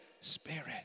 spirit